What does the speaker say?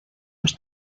los